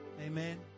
Amen